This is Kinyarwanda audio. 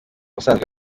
usanzwe